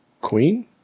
queen